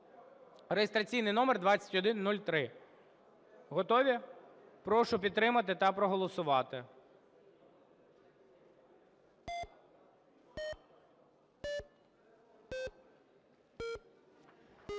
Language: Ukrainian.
Реєстраційний номер 2103. Готові? Прошу підтримати та проголосувати.